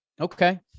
Okay